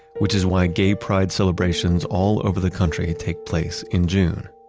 which is why gay pride celebrations all over the country take place in june.